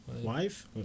Wife